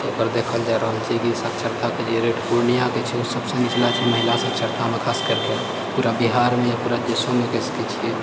तऽ ओकर देखल जा रहल छै जे साक्षरताके जे रेट पूर्णियाके छै ओ सबसँ निचला छै महिला साक्षरतामे खासकरके पूरा बिहारमे पूरा देशोमे कहि सकै छिए